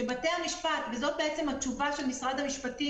משרד המשפטים